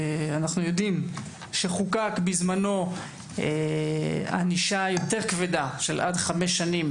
אנחנו יודעים שחוקק בזמנו ענישה יותר כבדה של עד חמש שנים